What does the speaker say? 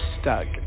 stuck